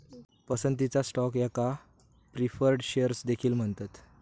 पसंतीचा स्टॉक याका preferred shares देखील म्हणतत